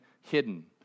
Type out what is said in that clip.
hidden